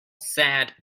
sad